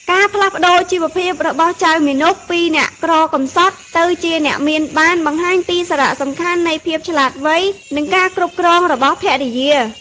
ការផ្លាស់ប្តូរជីវភាពរបស់ចៅមាណពពីអ្នកក្រកំសត់ទៅជាអ្នកមានបានបង្ហាញពីសារៈសំខាន់នៃភាពឆ្លាតវៃ និងការគ្រប់គ្រងរបស់ភរិយា។